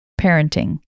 Parenting